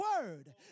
word